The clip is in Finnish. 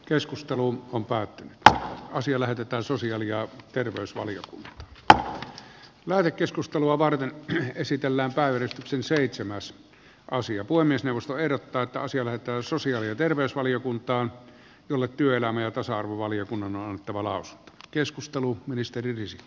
puhemiesneuvosto ehdottaa että asia lähetetään sosiaali ja terveysvaliokunta lähetekeskustelua varten ja esitellään päivystyksen seitsemäs osia puhemiesneuvosto ehdottaa toisia vetoa sosiaali ja terveysvaliokuntaan jolle työelämä ja tasa arvovaliokunnan on annettava lausunto